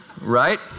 Right